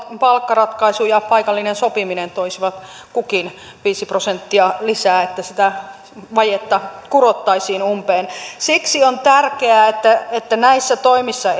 palkkaratkaisu ja paikallinen sopiminen toisivat kukin viisi prosenttia lisää että sitä vajetta kurottaisiin umpeen siksi on tärkeää että etenemme näissä toimissa